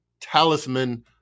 talisman